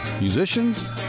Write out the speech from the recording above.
musicians